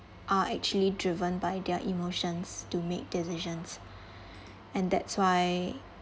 are actually driven by their emotions to make decisions and that's why